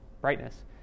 brightness